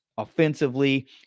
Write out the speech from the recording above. offensively